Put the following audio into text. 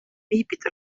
viibida